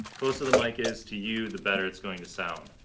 closer the mic is to you, the better it's going to sound.